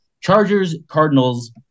Chargers-Cardinals